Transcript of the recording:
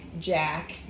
Jack